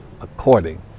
according